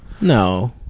No